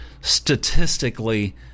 statistically